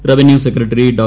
revenue secretary Dr